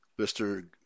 Mr